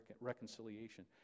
reconciliation